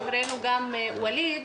חברנו ווליד,